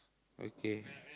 okay